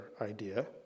idea